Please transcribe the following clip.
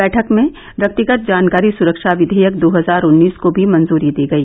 बैठक में व्यक्तिगत जानकारी सुरक्षा विधेयक दो हजार उन्नीस को भी मंजूरी दी गई